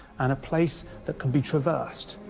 and a place that can be traversed.